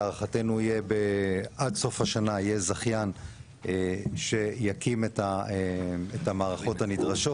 להערכתנו יהיה עד סוף השנה זכיין שיקים את המערכות הנדרשות.